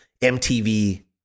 MTV